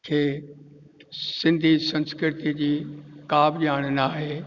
खे सिंधी संस्कृती जी का बि ॼाणु न आहे